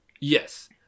Yes